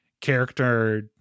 character